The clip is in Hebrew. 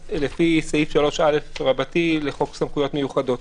מיוחד, לפי סעיף 3א לחוק סמכויות מיוחדות.